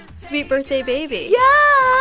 sweet birthday, baby yeah.